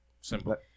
Simple